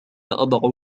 أضع